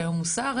שהיום הוא שר,